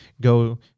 go